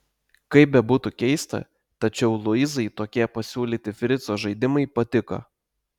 kaip bebūtų keista tačiau luizai tokie pasiūlyti frico žaidimai patiko